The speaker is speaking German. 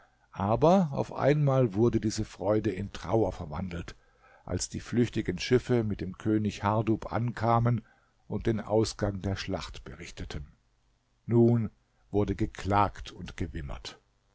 aber auf einmal wurde diese freude in trauer verwandelt als die flüchtigen schiffe mit dem könig hardub ankamen und den ausgang der schlacht berichteten nun wurde geklagt und gewimmert